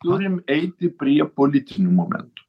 turim eiti prie politinių momentų